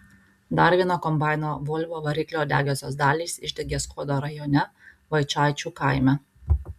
dar vieno kombaino volvo variklio degiosios dalys išdegė skuodo rajone vaičaičių kaime